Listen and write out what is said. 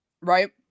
right